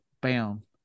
Bam